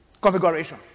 configuration